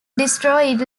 destroyed